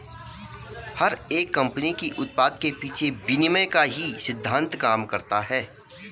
हर एक कम्पनी के उत्पाद के पीछे विनिमय का ही सिद्धान्त काम करता है